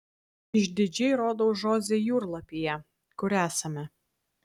išdidžiai rodau žoze jūrlapyje kur esame